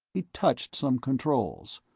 he touched some controls.